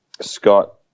Scott